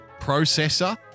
processor